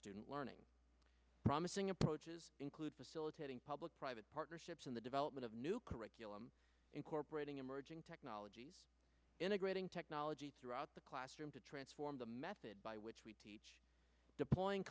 student learning promising approaches include facilitating public private partnerships in the development of new curriculum incorporating emerging technologies integrating technology throughout the classroom to transform the method by which we teach deploying